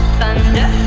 thunder